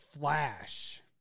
flash